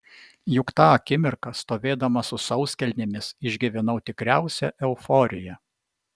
juk tą akimirką stovėdama su sauskelnėmis išgyvenau tikriausią euforiją